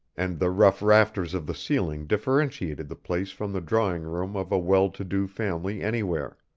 and the rough rafters of the ceiling differentiated the place from the drawing-room of a well-to-do family anywhere.